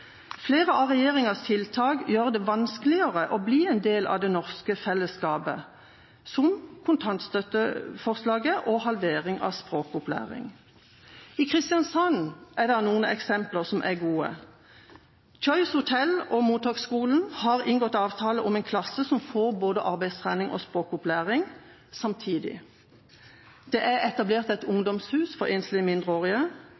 Flere av regjeringas tiltak gjør det vanskeligere å bli en del av det norske fellesskapet, som kontantstøtteforslaget og halvering av språkopplæring. I Kristiansand er det noen gode eksempler. Choice Hotels og Mottaksskolen har inngått avtale om en klasse som får både arbeidstrening og språkopplæring samtidig. Det er etablert et